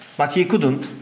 but he couldn't.